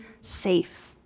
safe